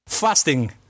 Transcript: Fasting